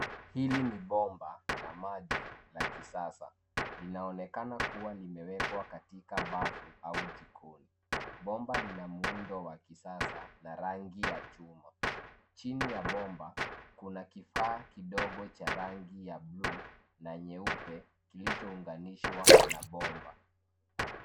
Hili ni bomba la maji la kisasa. Linaonekana kuwa limewekwa katika bafu, au jikoni. Bomba lina muundo wa kisasa, na rangi ya chuma. Chini ya bomba, kuna kifaa kidogo cha rangi bluu, na nyeupe, kilichounganishwa na bomba.